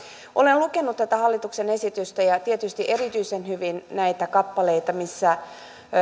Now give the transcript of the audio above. olen lukenut tätä hallituksen esitystä ja tietysti erityisen hyvin näitä kappaleita missä